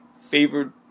favored